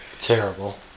Terrible